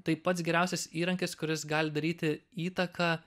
tai pats geriausias įrankis kuris gali daryti įtaką